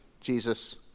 jesus